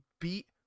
beat